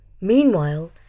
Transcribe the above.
Meanwhile